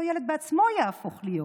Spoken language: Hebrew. אם אותו ילד עצמו יהפוך להיות,